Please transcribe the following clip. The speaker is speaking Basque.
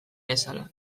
bezala